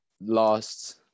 last